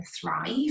thrive